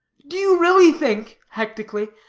do really think, hectically,